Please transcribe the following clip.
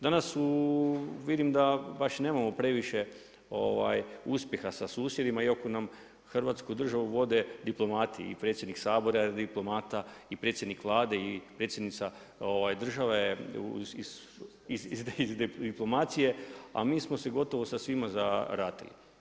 Danas vidim da baš nemamo previše uspjeha sa susjedima iako nam hrvatsku državu vode diplomati i predsjednik Sabora je diplomata i predsjednike Vlade i Predsjednica države je iz diplomacije a mi smo se gotovo sa svima zaratili.